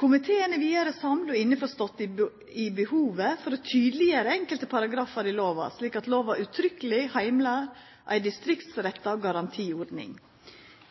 Komiteen er vidare samd i og innforstått med behovet for å tydeleggjera enkelte paragrafar i lova slik at lova uttrykkeleg heimlar ei distriktsretta garantiordning.